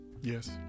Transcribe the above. Yes